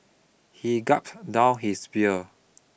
he gulp down his beer